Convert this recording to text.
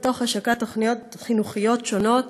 בהשקת תוכניות חינוכיות שונות